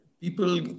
People